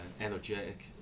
energetic